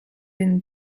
binne